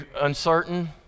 uncertain